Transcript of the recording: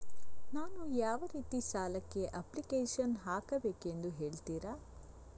ನಾನು ಯಾವ ರೀತಿ ಸಾಲಕ್ಕೆ ಅಪ್ಲಿಕೇಶನ್ ಹಾಕಬೇಕೆಂದು ಹೇಳ್ತಿರಾ?